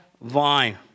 vine